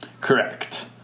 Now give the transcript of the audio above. Correct